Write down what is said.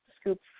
scoop